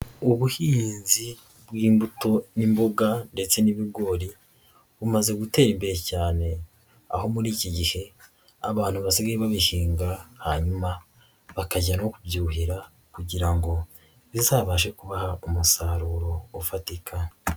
Ubuhinzi bw'imbuto n'imboga ndetse n'ibigori, bumaze gutera imbere cyane, aho muri iki gihe abantu basigaye babihinga hanyuma bakajya no kubyuhira kugira ngo bizabashe kubaha umusaruro ufatika.